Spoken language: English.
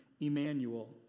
Emmanuel